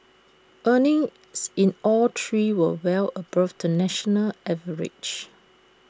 earnings in all three will well above the national average